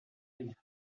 tener